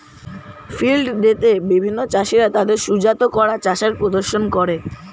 field day তে বিভিন্ন চাষীরা তাদের সুজাত করা চাষের প্রদর্শন করে